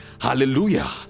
Hallelujah